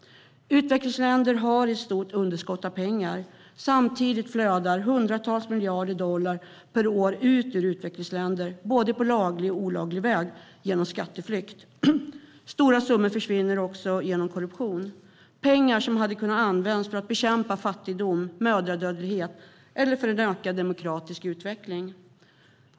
Utvecklingsländer har ett stort underskott av pengar. Samtidigt flödar hundratals miljarder dollar per år ut ur utvecklingsländer, både på laglig och på olaglig väg, genom skatteflykt. Stora summor försvinner också genom korruption - pengar som hade kunnat användas för att bekämpa fattigdom eller mödradödlighet eller för en ökad demokratisk utveckling.